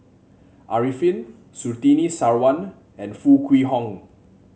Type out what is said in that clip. Arifin Surtini Sarwan and Foo Kwee Horng